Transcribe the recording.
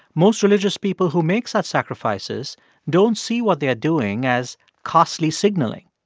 most religious people who make such sacrifices don't see what they're doing as costly signaling.